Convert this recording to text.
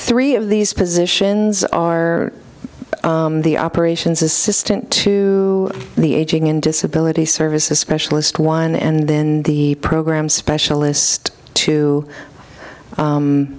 three of these positions are the operations assistant to the aging and disability services specialist one and then the program specialist two